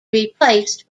replaced